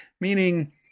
meaning